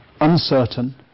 uncertain